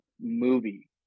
movie